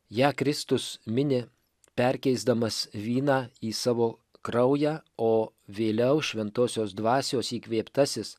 ją kristus mini perkeisdamas vyną į savo kraują o vėliau šventosios dvasios įkvėptasis